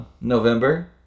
november